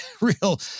real